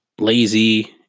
lazy